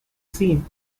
scene